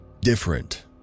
different